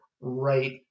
right